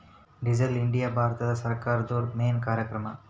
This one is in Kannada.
ಡಿಜಿಟಲ್ ಇಂಡಿಯಾ ಭಾರತ ಸರ್ಕಾರ್ದೊರ್ದು ಮೇನ್ ಕಾರ್ಯಕ್ರಮ